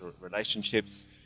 relationships